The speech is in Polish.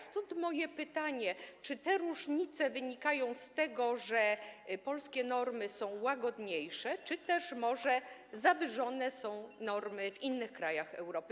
Stąd moje pytanie: Czy te różnice wynikają z tego, że polskie normy są łagodniejsze, czy też może zawyżone są normy w innych krajach Europy?